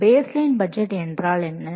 எனவே baseline budget என்றால் என்ன